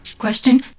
Question